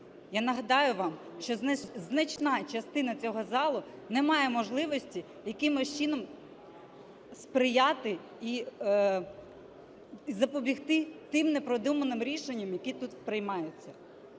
Я нагадаю вам, що значна частина цього залу не має можливості якимось чином сприяти і запобігти тим непродуманим рішенням, які тут приймаються.